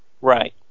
Right